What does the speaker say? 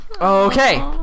Okay